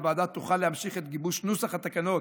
הוועדה תוכל להמשיך את גיבוש נוסח התקנות